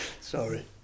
Sorry